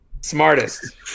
Smartest